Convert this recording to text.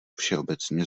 všeobecně